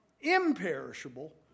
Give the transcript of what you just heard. imperishable